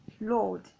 Lord